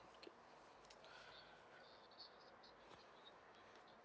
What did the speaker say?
okay